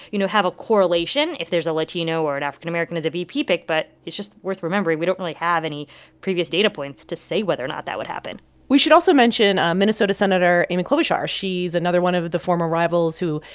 you know, have a correlation if there's a latino or an african american as a vp pick. but it's just worth remembering we don't really have any previous data points to say whether or not that would happen we should also mention ah minnesota sen. amy klobuchar. she's another one of the former rivals who,